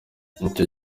icyo